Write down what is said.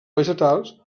vegetals